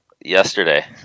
Yesterday